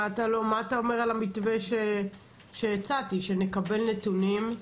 מה אתה אומר על המתווה שהצעתי, שנקבל נתונים.